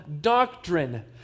doctrine